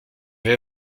vais